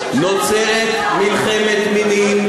נוצרת מלחמת מינים,